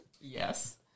Yes